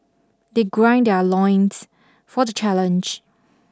they grind their loins for the challenge